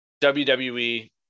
WWE